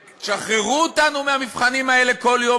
ותשחררו אותנו מהמבחנים האלה כל יום,